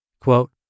Quote